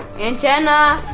aunt jenna?